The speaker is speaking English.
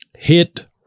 Hit